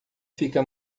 fica